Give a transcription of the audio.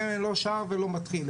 היום אין לא שער ולא מתחיל.